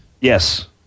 Yes